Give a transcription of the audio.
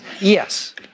Yes